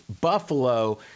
Buffalo